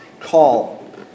call